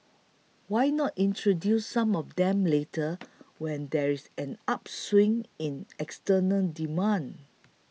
why not introduce some of them later when there is an upswing in external demand